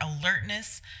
alertness